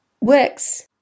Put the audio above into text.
works